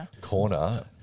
corner